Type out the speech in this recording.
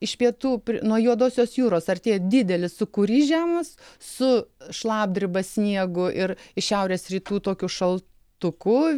iš pietų nuo juodosios jūros artėja didelis sūkurys žemas su šlapdriba sniegu ir iš šiaurės rytų tokiu šaltku